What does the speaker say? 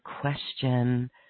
question